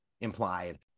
implied